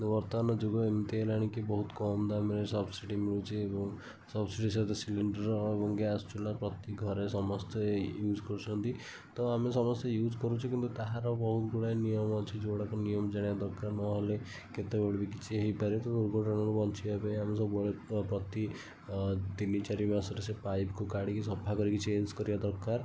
କିନ୍ତୁ ବର୍ତ୍ତମାନ ଯୁଗ ଏମିତି ହେଲାଣି କି ବହୁତ କମ୍ ଦାମ୍ରେ ସବସିଡ଼ି ମିଳୁଛି ଏବଂ ସବସିଡ଼ି ସହିତ ସିଲିଣ୍ଡର୍ ଏବଂ ଗ୍ୟାସ୍ ଚୂଲା ପ୍ରତି ଘରେ ସମସ୍ତେ ୟୁଜ୍ କରୁଛନ୍ତି ତ ଆମେ ସମସ୍ତେ ୟୁଜ୍ କରୁଛୁ କିନ୍ତୁ ତାହାର ବହୁତ ଗୁଡ଼ାଏ ନିୟମ ଅଛି ଯେଉଁଗୁଡ଼ା ନିୟମ ଜାଣିବା ଦରକାର ନହେଲେ କେତେବେଳେ ବି କିଛି ହୋଇପାରେ ତେଣୁ ଅଘଟଣରୁ ବଞ୍ଚିବା ପାଇଁ ଆମେ ସବୁବେଳେ ପ୍ରତି ତିନି ଚାରି ମାସରେ ସେ ପାଇପ୍କୁ କାଢ଼ିକି ସଫା କରିକି ଚେଞ୍ଜ କରିବା ଦରକାର